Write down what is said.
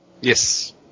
Yes